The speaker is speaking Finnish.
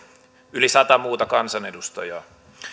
yli sata muuta kansanedustajaa